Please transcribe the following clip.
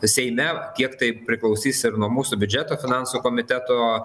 seime kiek tai priklausys ir nuo mūsų biudžeto finansų komiteto